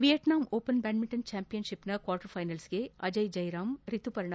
Vietnam open badminton ಚಾಂಪಿಯನ್ಶಿಪ್ನ quarter ಫ್ಟೆನಲ್ಸ್ಗೆ ಅಜಯ್ ಜಯರಾಮ್ ರಿತುಪರ್ಣ